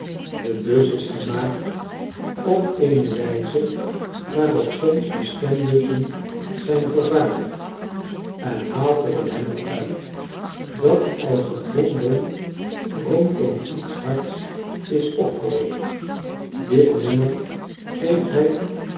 de bus is gemaakt op eene wijze waarop soms de stembussen zijn vervaardigd en haalt er een nummer uit dat als een bonbon rondom iets hards is opgerold dit nummer geeft mj